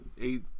eight